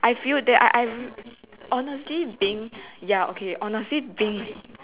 I feel that I I I honestly being ya okay honestly being